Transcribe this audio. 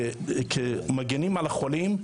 כמגינים על החולים,